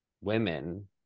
women